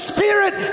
Spirit